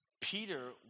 Peter